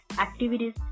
activities